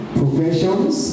professions